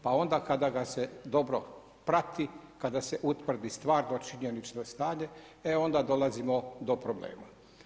Pa onda kada ga se dobro prati, kada se utvrdi stvarno činjenično stanje, e onda dolazimo do problema.